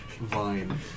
vine